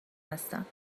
هستم